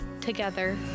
together